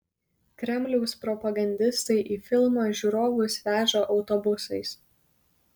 kremliaus propagandistai į filmą žiūrovus veža autobusais